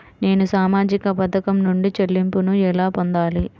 నేను సామాజిక పథకం నుండి చెల్లింపును ఎలా పొందాలి?